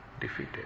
defeated